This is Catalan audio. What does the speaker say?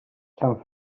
sant